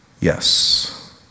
yes